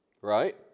right